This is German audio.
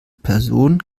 person